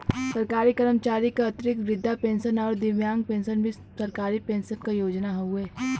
सरकारी कर्मचारी क अतिरिक्त वृद्धा पेंशन आउर दिव्यांग पेंशन भी सरकारी पेंशन क योजना हउवे